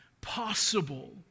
possible